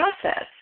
process